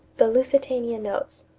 the lusitania notes.